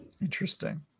Interesting